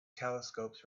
telescopes